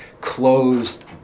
closed